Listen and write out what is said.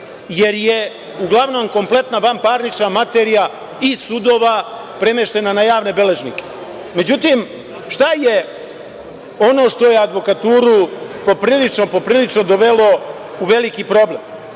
jer je uglavnom kompletna vanparnična materija i sudova premeštena na javne beležnike.Međutim, šta je ono što je advokaturu poprilično dovelo u veliki problem?